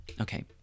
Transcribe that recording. okay